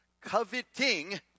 coveting